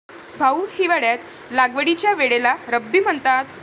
भाऊ, हिवाळ्यात लागवडीच्या वेळेला रब्बी म्हणतात